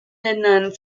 ländern